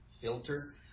filter